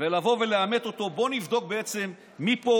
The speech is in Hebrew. ולבוא ולעמת אותו, בוא נבדוק מי פה